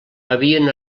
havien